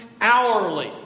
hourly